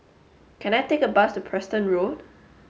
can I take a bus to Preston Road